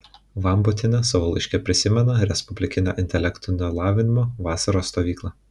vambutienė savo laiške prisimena respublikinę intelektinio lavinimo vasaros stovyklą